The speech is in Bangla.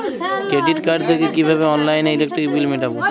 ক্রেডিট কার্ড থেকে কিভাবে অনলাইনে ইলেকট্রিক বিল মেটাবো?